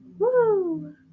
Woo